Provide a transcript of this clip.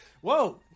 Whoa